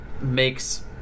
makes